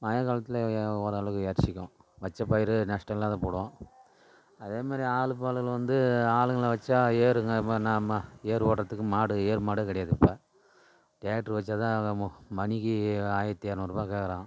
மய காலத்துலத்தில் ஓரளவு இறச்சிக்கும் வச்ச பயிர் நஷ்டம் இல்லாத போடுவோம் அதேமாதிரி ஆளுபாளுங்களை வந்து ஆளுங்களை வச்சால் ஏறுங்க ஏறு ஓட்டுரதுக்கு மாடு ஏறு மாடே கிடையாது இப்போ ட்ராக்டரு வச்சால்தான் நம மணிக்கு ஆயிர்த்தி இரநூறுபா கேட்கறான்